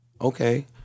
Okay